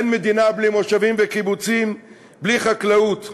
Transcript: אין מדינה בלי מושבים ואין קיבוצים בלי חקלאות.